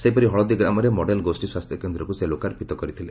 ସେହିପରି ହଳଦି ଗ୍ରାମରେ ମଡେଲ ଗୋଷୀ ସ୍ୱାସ୍ଥ୍ୟ କେନ୍ଦ୍ରକୁ ଲୋକାପିତ କରିଥିଲେ